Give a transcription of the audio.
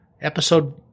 episode